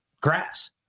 grass